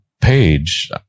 page